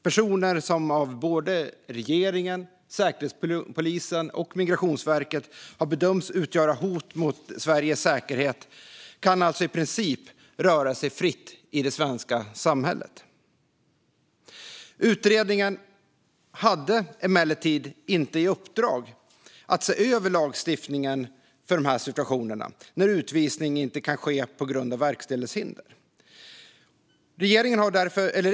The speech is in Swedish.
Personer som av både regeringen, Säkerhetspolisen och Migrationsverket har bedömts utgöra hot mot Sveriges säkerhet kan alltså i princip röra sig fritt i det svenska samhället. Utredningen hade emellertid inte i uppdrag att se över lagstiftningen för dessa situationer, när utvisning inte kan ske på grund av verkställighetshinder.